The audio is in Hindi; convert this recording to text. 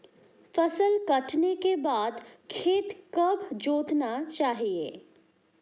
फसल काटने के बाद खेत कब जोतना चाहिये?